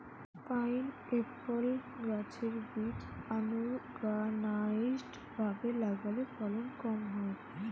pineapple গাছের বীজ unorganised ভাবে লাগালে ফলন কম হয়